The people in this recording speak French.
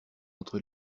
entre